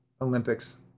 Olympics